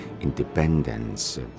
independence